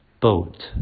boat